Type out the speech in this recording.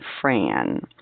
Fran